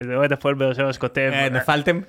איזה אוהד הפועל באר שבע שכותב, אה נפלתם?